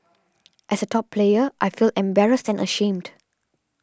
as a top player I feel embarrassed and ashamed